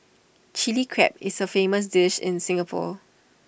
Chilli Crab is A famous dish in Singapore